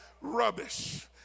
rubbish